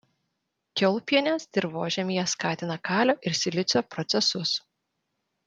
kiaulpienės dirvožemyje skatina kalio ir silicio procesus